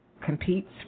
competes